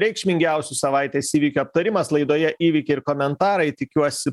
reikšmingiausių savaitės įvykių aptarimas laidoje įvykiai ir komentarai tikiuosi